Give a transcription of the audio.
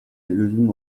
өзүн